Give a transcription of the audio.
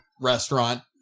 restaurant